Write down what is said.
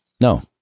No